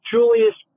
Julius